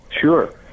Sure